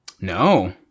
No